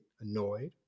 annoyed